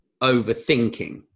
overthinking